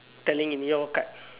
telling in your card